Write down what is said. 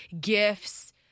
gifts